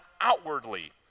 outwardly